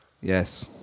Yes